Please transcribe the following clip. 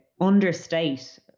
understate